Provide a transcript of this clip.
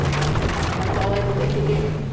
that's that's all i really can do.